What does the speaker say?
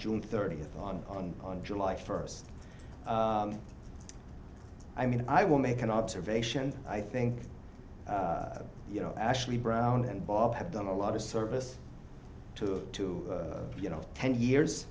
june thirtieth on on july first i mean i will make an observation i think you know actually brown and bob have done a lot of service to to you know ten years